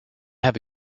have